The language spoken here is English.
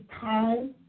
time